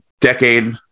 decade